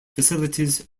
facilities